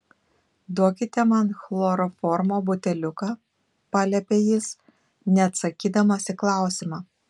duokite man chloroformo buteliuką paliepė jis neatsakydamas į klausimą